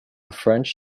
french